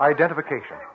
Identification